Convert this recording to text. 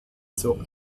zur